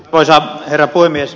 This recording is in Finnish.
arvoisa herra puhemies